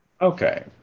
okay